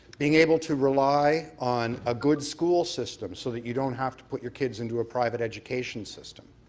being able to rely on a good school system so that you don't have to put your kids into a private education system,